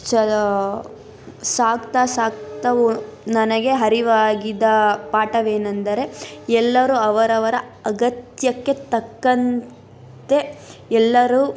ಚ ಸಾಗ್ತಾ ಸಾಗ್ತಾ ನನಗೆ ಅರಿವಾಗಿದ್ದ ಪಾಠವೇನೆಂದರೆ ಎಲ್ಲರೂ ಅವರವರ ಅಗತ್ಯಕ್ಕೆ ತಕ್ಕಂತೆ ಎಲ್ಲರೂ